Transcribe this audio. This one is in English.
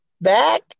back